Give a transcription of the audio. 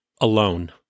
alone